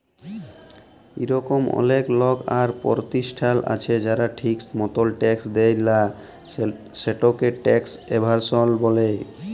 ইরকম অলেক লক আর পরতিষ্ঠাল আছে যারা ঠিক মতল ট্যাক্স দেয় লা, সেটকে ট্যাক্স এভাসল ব্যলে